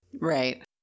Right